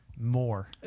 More